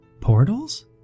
Portals